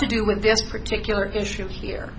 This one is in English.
to do with this particular issue here